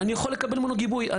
אני יכול לקבל ממנו גיבוי.